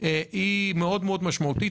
היא מאוד משמעותית.